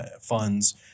funds